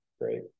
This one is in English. great